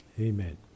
Amen